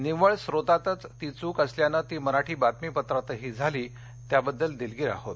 निव्वळ स्त्रोतातच ती चूक असल्याने ती मराठी बातमीपत्रातही झाली त्याबद्दल दिलगीर आहोत